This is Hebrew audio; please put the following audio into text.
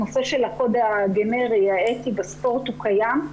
הנושא של הקוד הגנרי האתי בספורט הוא קיים,